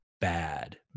Bad